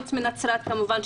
חוץ מנצרת כמובן,